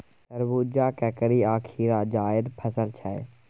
तरबुजा, ककरी आ खीरा जाएद फसल छै